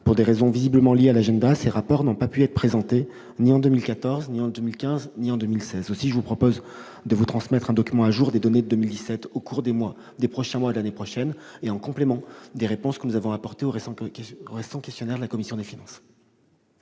pour des raisons visiblement liées à l'agenda, ces rapports n'ont pu être présentés ni en 2014, ni en 2015, ni en 2016. Aussi, mesdames, messieurs les sénateurs, je vous propose de vous transmettre un document à jour des données de 2017 au cours des prochains mois, en complément des réponses que nous avons apportées au récent questionnaire de la commission des finances.